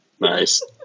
Nice